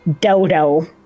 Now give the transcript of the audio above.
dodo